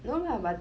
no lah but